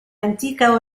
antica